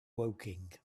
woking